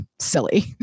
silly